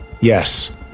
Yes